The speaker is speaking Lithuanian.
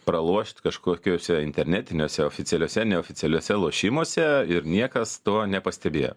pralošt kažkokiose internetinėse oficialiose neoficialiuose lošimuose ir niekas to nepastebėjo